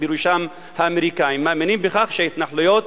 ובראשם האמריקנים מאמינים בכך שההתנחלויות